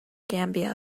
gambia